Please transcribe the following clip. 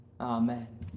Amen